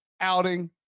outing